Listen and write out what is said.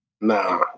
Nah